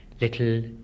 little